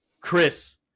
Chris